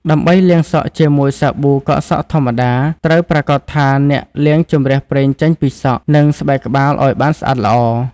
ដើម្បីលាងសក់ជាមួយសាប៊ូកក់សក់ធម្មតា ត្រូវប្រាកដថាអ្នកលាងជម្រះប្រេងចេញពីសក់ និងស្បែកក្បាលឱ្យបានស្អាតល្អ។